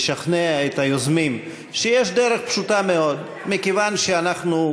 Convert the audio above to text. לשכנע את היוזמים שיש דרך פשוטה מאוד: מכיוון שאנחנו,